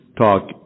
talk